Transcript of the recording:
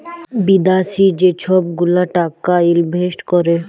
বিদ্যাশি যে ছব গুলা টাকা ইলভেস্ট ক্যরে